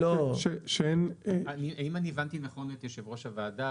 אם אני הבנתי נכון את יושב ראש הוועדה,